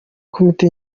komite